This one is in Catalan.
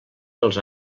dels